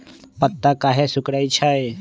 पत्ता काहे सिकुड़े छई?